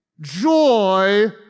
joy